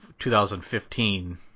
2015